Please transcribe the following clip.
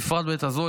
בפרט בעת הזו.